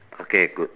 okay good